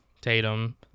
Tatum